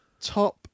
top